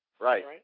Right